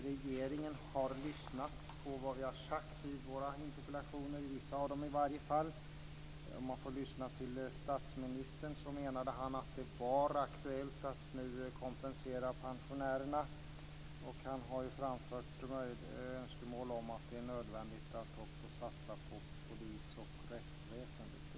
Regeringen verkar ha lyssnat på vad vi säger i våra interpellationer, i varje fall vissa av dem. Statsministern menade att det var aktuellt att nu kompensera pensionärerna. Han har framfört önskemål kring nödvändigheten att också satsa på polis och rättsväsendet.